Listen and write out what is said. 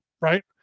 right